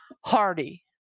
Hardy